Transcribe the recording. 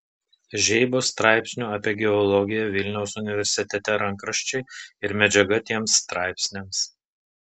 žeibos straipsnių apie geologiją vilniaus universitete rankraščiai ir medžiaga tiems straipsniams